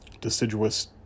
deciduous